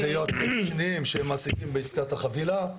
זה יועצים משניים שמעסיקים בעסקת החבילה,